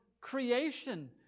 creation